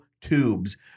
tubes